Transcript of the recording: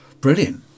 brilliant